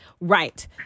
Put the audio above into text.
Right